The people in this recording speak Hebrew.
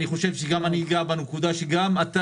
אני חושב שאני אגע בנקודה שגם אתה